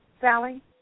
Sally